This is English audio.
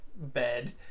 bed